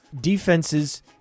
defenses